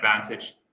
advantage